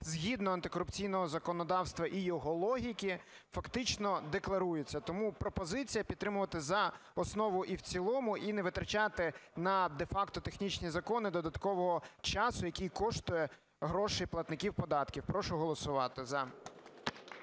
згідно антикорупційного законодавства і його логіки фактично декларуються. Тому пропозиція підтримати за основу і в цілому, і не витрачати на де-факто технічні закони додаткового часу, який коштує грошей платників податків. Прошу голосувати "за".